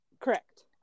Correct